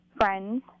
friends